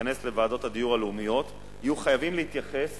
שתיכנס לוועדות הדיור הלאומיות יהיו חייבים להתייחס